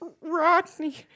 Rodney